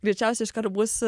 greičiausiai iškart būsi